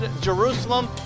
Jerusalem